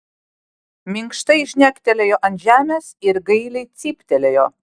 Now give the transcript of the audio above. minkštai žnektelėjo ant žemės ir gailiai cyptelėjo